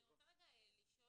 אני רוצה רגע לשאול,